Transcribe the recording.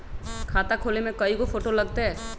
खाता खोले में कइगो फ़ोटो लगतै?